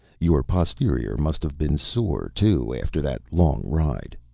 your posterior must have been sore, too, after that long ride.